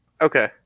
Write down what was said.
Okay